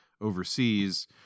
overseas